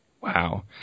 Wow